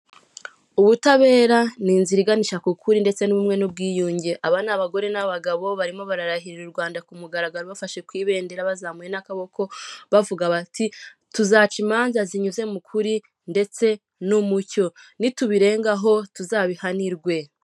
Ubutabera ni inzira iganisha ku kuri ndetse n'ubumwe n'ubwiyunge aba ni abagore n'abagabo barimo bararahirira u Rwanda ku mugaragaro bafashe ku ibendera bazamuye n'akaboko bavuga bati," Tuzaca imanza zinyuze mu kuri ndetse n'umucyo nitubirengaho tuzabihanirwe."